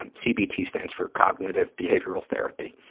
um cbt stands for cognitive behavioral therapy.